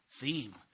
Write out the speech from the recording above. theme